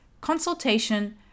consultation